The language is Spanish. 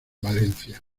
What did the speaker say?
valencia